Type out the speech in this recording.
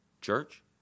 church